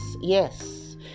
yes